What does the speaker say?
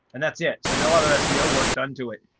and that's it so no other seo work done to it.